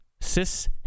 cis